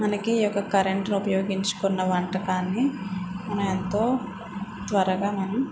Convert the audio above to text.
మనకి ఈ యొక కరెంటు ఉపయోగించుకున్న వంటకాన్ని మనం ఎంతో త్వరగా మనం